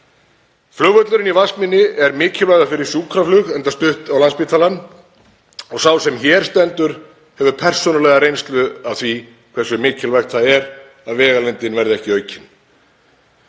Flugvöllurinn í Vatnsmýrinni er mikilvægur fyrir sjúkraflug, enda stutt á Landspítalann, og sá sem hér stendur hefur persónulega reynslu af því hversu mikilvægt það er að vegalengdin verði ekki aukin.